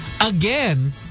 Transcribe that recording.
again